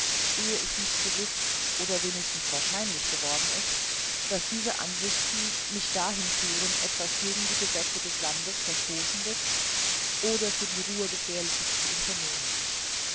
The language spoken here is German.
ehe es nicht gewiß oder wenigstens wahrscheinlich geworden daß diese ansichten mich dahin führen etwas gegen die gesetze des landes verstoßendes oder für die ruhe gefährliches zu unternehmen